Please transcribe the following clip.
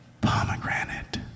pomegranate